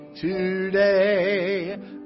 today